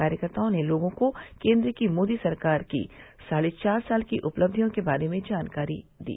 कार्यकर्ताओं ने लोगों को केन्द्र की मोदी सरकार की साढ़े चार साल की उपलब्धियों के बारे में जानकारी दी